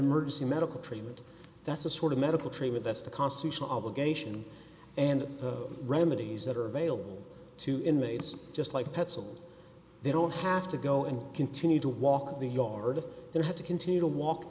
emergency medical treatment that's a sort of medical treatment that's the constitutional obligation and remedies that are available to inmates just like that so they don't have to go and continue to walk the yard there have to continue to walk